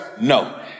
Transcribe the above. No